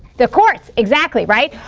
the courts? exactly right.